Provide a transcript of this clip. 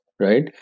right